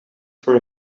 for